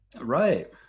Right